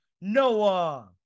Noah